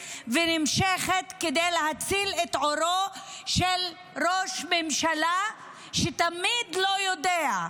ונמשכת כדי להציל את עורו של ראש ממשלה שתמיד לא יודע,